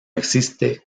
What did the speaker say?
existe